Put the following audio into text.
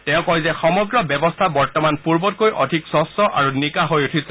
তেওঁ কয় যে সমগ্ৰ ব্যৱস্থা বৰ্তমান পূৰ্বতকৈ অধিক স্বচ্ছ আৰু নিকা হৈ উঠিছে